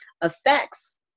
affects